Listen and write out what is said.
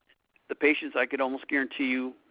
the patients, i could almost guarantee you,